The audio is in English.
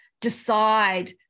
Decide